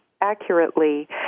accurately